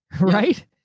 right